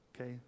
Okay